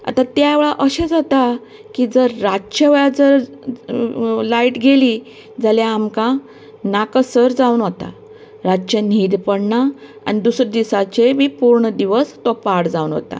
आता त्या वेळार अशें जाता की जर रातच्या वेळार जर लायट गेली जाल्यार आमकां नाकासर जावन वता रातचे न्हीद पडना आनी दुसरें दिसाचें बी पुर्ण दिवस तो पाड जावन वता